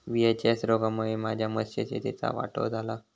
VHS रोगामुळे माझ्या मत्स्यशेतीचा वाटोळा झाला